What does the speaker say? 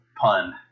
pun